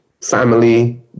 family